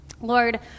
Lord